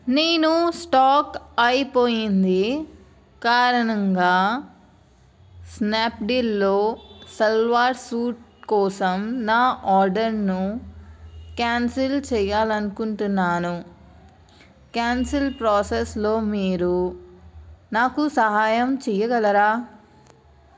నేను స్టాక్ అయిపోయింది కారణంగా స్నాప్డీల్లో సల్వార్ సూట్ కోసం నా ఆర్డర్ను క్యాన్సల్ చేయ్యాలనుకుంటున్నాను క్యాన్సల్ ప్రోసెస్లో మీరు నాకు సహాయం చెయ్యగలరా